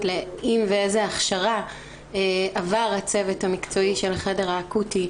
לאם ואיזו הכשרה עבר הצוות המקצועי של החדר האקוטי,